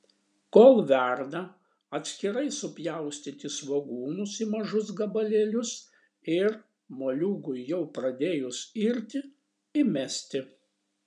kol verda atskirai supjaustyti svogūnus į mažus gabalėlius ir moliūgui jau pradėjus irti įmesti